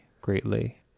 greatly